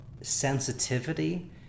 sensitivity